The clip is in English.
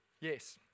yes